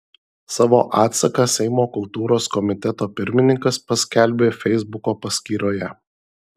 savo atsaką seimo kultūros komiteto pirmininkas paskelbė feisbuko paskyroje